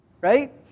right